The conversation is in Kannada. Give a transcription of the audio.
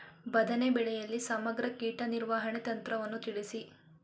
ಬದನೆ ಬೆಳೆಯಲ್ಲಿ ಸಮಗ್ರ ಕೀಟ ನಿರ್ವಹಣಾ ತಂತ್ರವನ್ನು ತಿಳಿಸಿ?